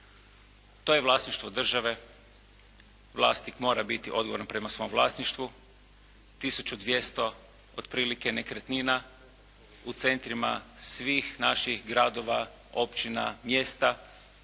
To je vlasništvo države, vlasnik mora biti odgovoran prema svome vlasništvu, 1200 otprilike nekretnina u centrima svih naših gradova, općina mjesta,